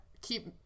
keep